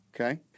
Okay